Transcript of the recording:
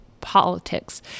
politics